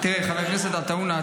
חבר הכנסת עטאונה,